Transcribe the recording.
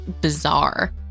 bizarre